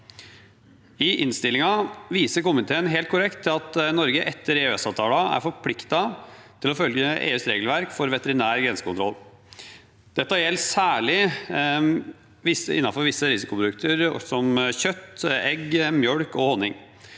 I innstillingen viser komiteen helt korrekt til at Norge etter EØS-avtalen er forpliktet til å følge EUs regelverk for veterinær grensekontroll. Dette gjelder særlig innenfor visse risikoprodukter som kjøtt, egg, melk og honning.